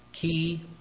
key